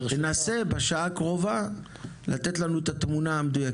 תנסה בשעה הקרובה לתת לנו את התמונה המדויקת.